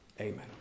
Amen